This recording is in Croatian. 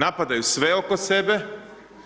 Napadaju sve oko sebe,